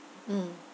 mm